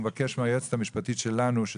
התשפ"ג 2023". נבקש מהיועצת המשפטית של הוועדה